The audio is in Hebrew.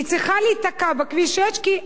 היא צריכה להיתקע בכביש 6, כי,